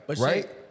Right